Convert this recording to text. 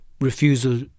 refusal